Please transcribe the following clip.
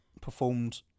performed